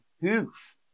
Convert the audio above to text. hoof